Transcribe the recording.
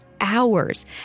hours